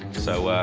so, ah,